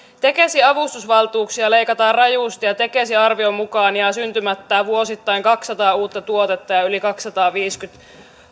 tekesin avustusvaltuuksia leikataan rajusti ja tekesin arvion mukaan jää syntymättä vuosittain kaksisataa uutta tuotetta ja yli kaksisataaviisikymmentä